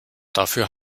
dafür